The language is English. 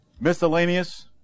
miscellaneous